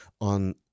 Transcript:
on